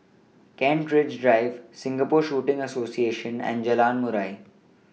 Kent Ridge Drive Singapore Shooting Association and Jalan Murai